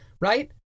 Right